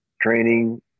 training